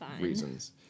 reasons